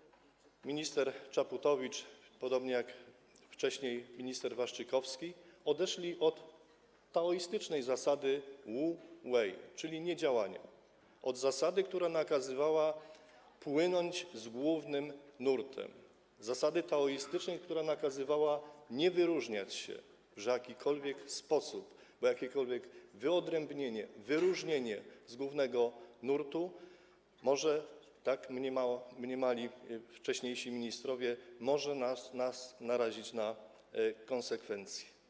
- minister Czaputowicz, podobnie jak wcześniej minister Waszczykowski, odszedł od taoistycznej zasady wu wei, czyli niedziałania, od zasady, która nakazywała płynąć z głównym nurtem, zasady, która nakazywała nie wyróżniać się w jakikolwiek sposób, bo jakiekolwiek wyodrębnienie, wyróżnienie z głównego nurtu może, tak mniemali wcześniejsi ministrowie, narazić nas na konsekwencje.